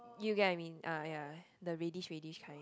you get what I mean ah ya the reddish reddish kind